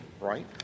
right